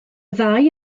ddau